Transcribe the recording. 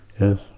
Yes